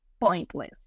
pointless